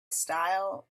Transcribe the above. style